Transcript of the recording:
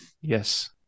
yes